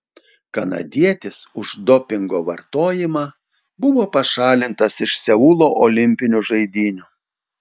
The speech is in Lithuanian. kanadietis už dopingo vartojimą buvo pašalintas iš seulo olimpinių žaidynių